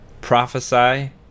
Prophesy